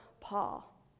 Paul